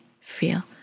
feel